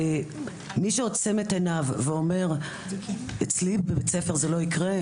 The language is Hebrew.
מי שעוצם את עיניו ואומר אצלי בבית-הספר זה לא יקרה,